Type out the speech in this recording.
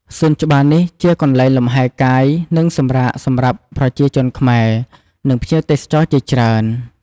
សួនច្បារនេះជាកន្លែងលំហែកាយ និងសម្រាកសម្រាប់ប្រជាជនខ្មែរ និងភ្ញៀវទេសចរជាច្រើន។